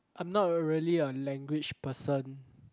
I'm not really a language person